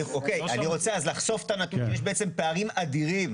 אני רוצה אז לחשוף את הנתון שיש בעצם פערים אדירים